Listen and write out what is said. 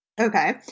Okay